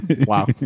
Wow